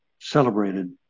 celebrated